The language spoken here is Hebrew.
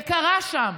וקרה שם.